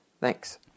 Thanks